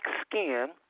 skin